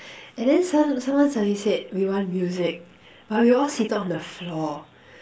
and then sud~ someone suddenly said we want music but we were all seated on the floor